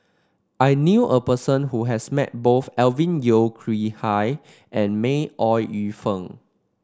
I knew a person who has met both Alvin Yeo Khirn Hai and May Ooi Yu Fen